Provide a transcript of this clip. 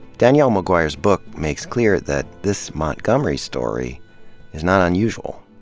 danielle mcguire's book makes clear that this montgomery story is not unusual.